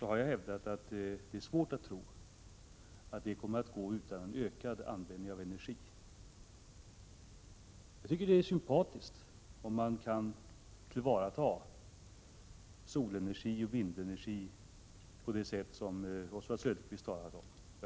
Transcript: har jag hävdat att det är svårt att tro att detta skulle kunna ske utan en ökad användning av energi. Jag tycker det är sympatiskt om man tillvaratar solenergi och vindenergi på det sätt som Oswald Söderqvist talat om.